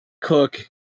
Cook